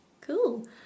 Cool